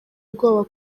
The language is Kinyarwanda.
ubwoba